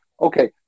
Okay